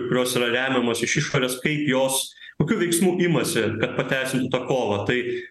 kurios yra remiamos iš išorės kaip jos kokių veiksmų imasi kad pateisintų tą kovą tai